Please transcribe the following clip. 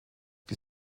die